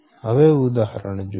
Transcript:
હવે ઉદાહરણ જોઈએ